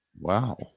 Wow